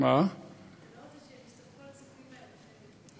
לא רוצה שהם יסתמכו על כספים של האירופים.